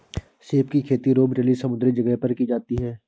सीप की खेती रोम इटली समुंद्री जगह पर की जाती है